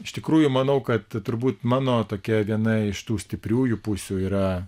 iš tikrųjų manau kad turbūt mano tokia viena iš tų stipriųjų pusių yra